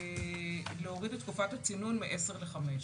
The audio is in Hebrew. להוריד את תקופת הצינון מעשר לחמש.